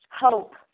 hope